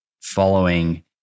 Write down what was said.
following